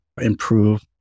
improve